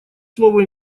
слово